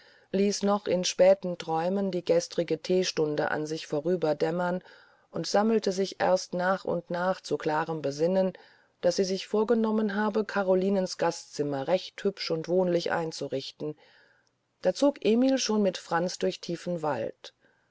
ließ noch in späten träumen die gestrigen theestunden an sich vorüber dämmern und sammelte sich erst nach und nach zu klarem besinnen daß sie sich vorgenommen habe carolinens gastzimmer recht hübsch und wohnlich einzurichten da zog emil schon mit franz durch tiefen wald